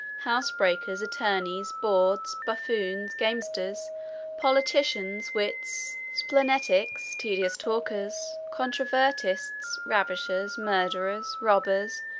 housebreakers, attorneys, bawds, buffoons, gamesters, politicians, wits, splenetics, tedious talkers, controvertists, ravishers, murderers, robbers,